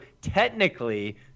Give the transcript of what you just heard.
technically